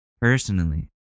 personally